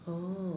oh